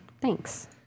Thanks